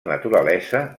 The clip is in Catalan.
naturalesa